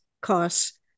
costs